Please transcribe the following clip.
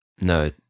no